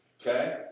okay